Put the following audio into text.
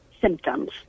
symptoms